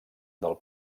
del